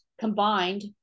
combined